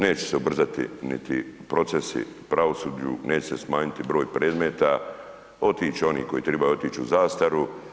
Neće se ubrzati niti procesi u pravosuđu, neće se smanjiti broj predmeta, otići će oni koji trebaju otići u zastaru.